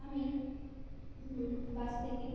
আমি বাস থেকে